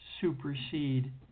supersede